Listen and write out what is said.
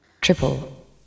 Triple